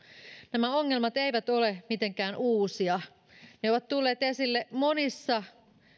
nämä ongelmat eivät ole mitenkään uusia ne ovat tulleet esille monissa